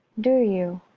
do you?